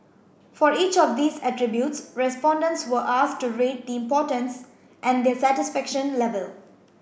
for each of these attributes respondents were asked to rate the importance and their satisfaction level